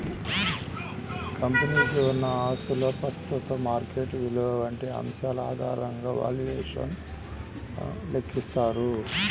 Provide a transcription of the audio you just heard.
కంపెనీకి ఉన్న ఆస్తుల ప్రస్తుత మార్కెట్ విలువ వంటి అంశాల ఆధారంగా వాల్యుయేషన్ ను లెక్కిస్తారు